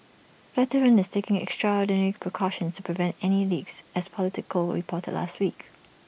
flatiron is taking extraordinary precautions to prevent any leaks as Politico reported last week